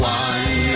one